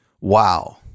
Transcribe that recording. wow